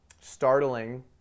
startling